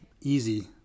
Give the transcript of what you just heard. easy